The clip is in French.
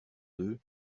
deux